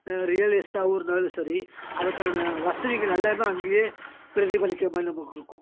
real எஸ்ட்டாவும் இருந்தாலும் சரி அதுக்கான வசதிகள் எல்லாம் அங்கேயே பிரதிபலிக்கிற மாதிரி நமக்கு இருக்கும்